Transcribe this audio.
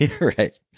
right